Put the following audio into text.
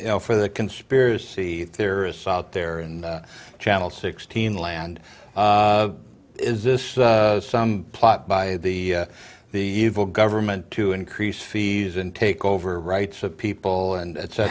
you know for the conspiracy theorists out there and channel sixteen land is this some plot by the the evil government to increase fees and take over rights of people and it's a